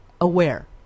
aware